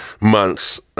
months